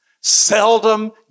seldom